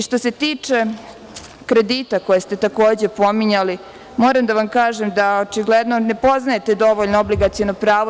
Što se tiče kredita koje ste takođe pominjali, moram da vam kažem da očigledno ne poznajete dovoljno obligaciono pravo.